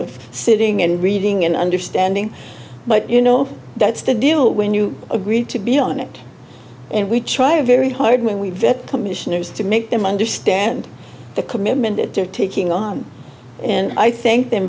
of sitting and reading and understanding but you know that's the deal when you agreed to be on it and we try very hard when we vet the commissioners to make them understand the commitment that they're taking on and i thank the